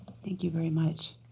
thank you very much.